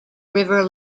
river